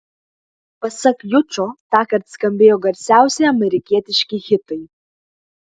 pasak jučo tąkart skambėjo garsiausi amerikietiški hitai